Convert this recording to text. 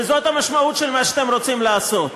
וזאת המשמעות של מה שאתם רוצים לעשות.